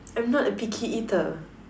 I'm not a picky eater